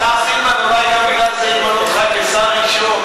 השר סילבן, אולי בגלל זה ימנו אותך לשר ראשון.